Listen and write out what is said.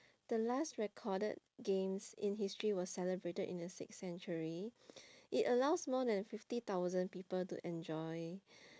the last recorded games in history was celebrated in the sixth century it allows more than fifty thousand people to enjoy